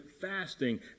fasting